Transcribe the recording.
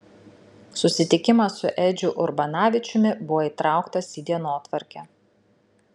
susitikimas su edžiu urbanavičiumi buvo įtrauktas į dienotvarkę